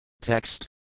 Text